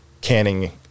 canning